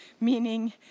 meaning